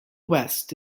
west